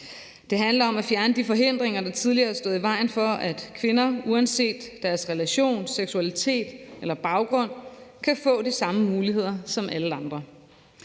Det handler om at fjerne de forhindringer, der tidligere har stået i vejen for, at kvinder uanset deres relation, seksualitet eller baggrund kan få de samme muligheder som alle andre.